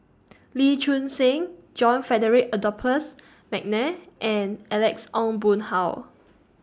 Lee Choon Seng John Frederick Adolphus Mcnair and Alex Ong Boon Hau